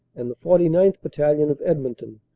and the forty ninth. battalion of edmonton,